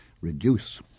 reduce